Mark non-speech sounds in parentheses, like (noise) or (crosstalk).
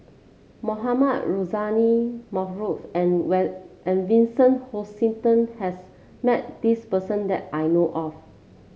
Mohamed Rozani Maarof and (unintelligible) and Vincent Hoisington has met this person that I know of